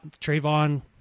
Trayvon